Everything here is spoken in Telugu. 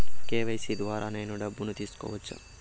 కె.వై.సి ద్వారా నేను డబ్బును తీసుకోవచ్చా?